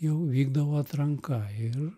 jau vykdavo atranka ir